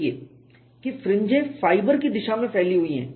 देखिए कि फ्रिंजें फाइबर की दिशा में फैली हुई हैं